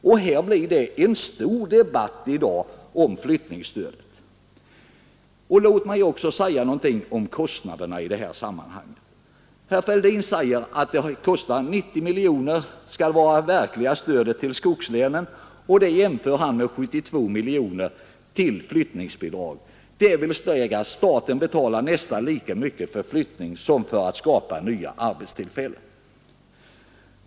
Och här har vi haft en stor debatt i dag om flyttningsstödet! Låt mig också säga någonting om kostnaderna i det här sammanhanget. Herr Fälldin säger att det verkliga stödet till skogslänen har kostat 90 miljoner och det jämför han med 72 miljoner i flyttningsbidrag, dvs. staten betalar nästan lika mycket för flyttningen som man ger ut för att skapa nya arbetstillfällen.